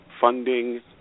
funding